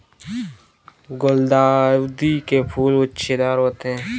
गुलदाउदी के फूल गुच्छेदार होते हैं